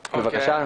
בבקשה.